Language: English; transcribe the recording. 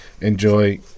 enjoy